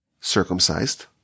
circumcised